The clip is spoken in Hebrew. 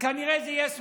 וכנראה זה יהיה סמוטריץ',